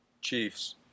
Chiefs